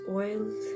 oils